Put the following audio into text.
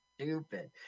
stupid